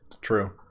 True